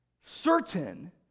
certain